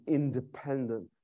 independent